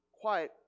quiet